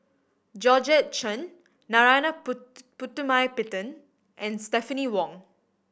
Georgette Chen Narana Putumaippittan and Stephanie Wong